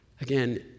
Again